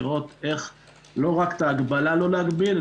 לראות איך לא רק את ההגבלה לא להגביל,